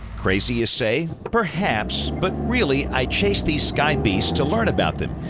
crazy, you say? perhaps, but really i chase these sky beasts to learn about them.